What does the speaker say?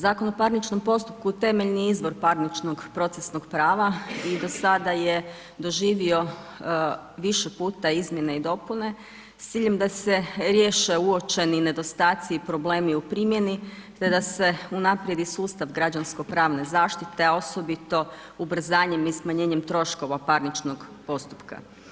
Zakon o parničnom postupku, temeljni je izbor parničnog procesnog prava i do sada je doživio više puta izmjene i dopune, s ciljem da se riješe uočeni nedostaci i problemi u primjeni, te da se unaprijed i sustav građansko pravne zaštite, a osobito ubrzanjem i smanjenjem troškova parničkog postupka.